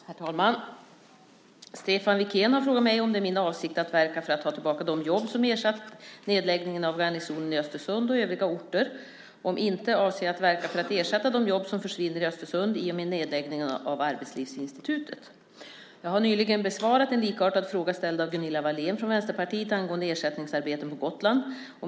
Herr talman! Stefan Wikén har frågat mig om det är min avsikt att verka för att ta tillbaka de jobb som ersatt nedläggningen av garnisonen i Östersund och övriga orter och, om inte, om jag avser att verka för att ersätta de jobb som försvinner i Östersund i och med nedläggningen av Arbetslivsinstitutet. Jag har nyligen besvarat en likartad fråga ställd av Gunilla Wahlén från Vänsterpartiet angående ersättningsarbeten till Gotland.